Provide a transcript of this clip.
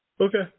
Okay